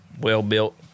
well-built